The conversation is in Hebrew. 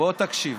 בוא תקשיב